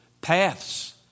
paths